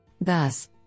Thus